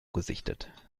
gesichtet